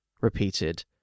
repeated